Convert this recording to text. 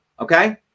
okay